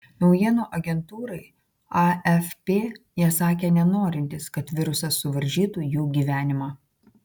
naujienų agentūrai afp jie sakė nenorintys kad virusas suvaržytų jų gyvenimą